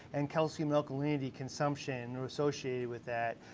and calcium alkalinity consumption associated with that.